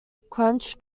crunch